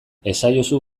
esaiozu